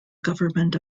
government